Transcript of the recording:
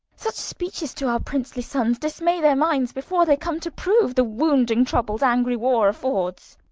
such speeches to our princely sons dismay their minds before they come to prove the wounding troubles angry war affords.